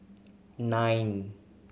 nine